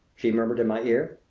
she murmured in my ear.